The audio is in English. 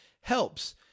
helps